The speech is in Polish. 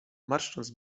marszcząc